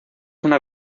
una